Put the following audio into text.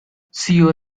seoul